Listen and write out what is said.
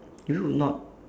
you would not